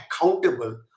accountable